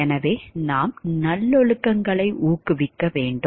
எனவே நாம் நல்லொழுக்கங்களை ஊக்குவிக்க வேண்டும்